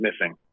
missing